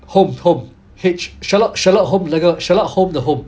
holmes holmes H sherlock sherlock holmes 那个 sherlock holmes 的 holmes